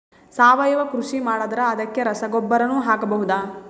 ಸಾವಯವ ಕೃಷಿ ಮಾಡದ್ರ ಅದಕ್ಕೆ ರಸಗೊಬ್ಬರನು ಹಾಕಬಹುದಾ?